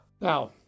Now